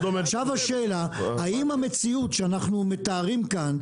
עכשיו השאלה האם המציאות שאנחנו מתארים כאן,